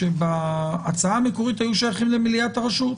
שבהצעה המקורית היו שייכים למליאת הרשות,